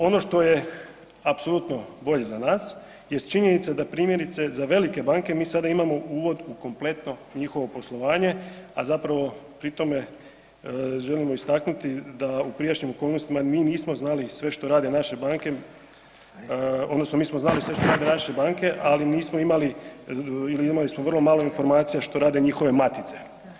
Ono što je apsolutno bolje za nas jest činjenica da primjerice, za velike banke mi sada imamo uvod u kompletno njihovo poslovanje, a zapravo pri tome želimo istaknuti da u prijašnjim okolnostima mi nismo znali sve što rade naše banke, odnosno mi smo znali sve što rade naše banke, ali nismo imali ili imali smo vrlo malo informacija što rade njihove matice.